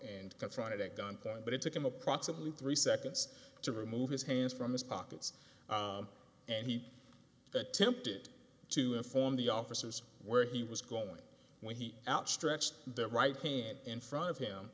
and that's not a gun but it took him approximately three seconds to remove his hands from his pockets and he attempted to inform the officers where he was going when he outstretched the right hand in front of him